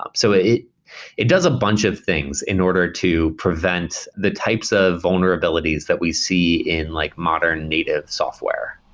um so it it does a bunch of things in order to prevents the types of vulnerabilities that we see in like modern native software.